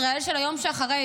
ישראל של היום שאחרי.